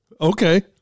Okay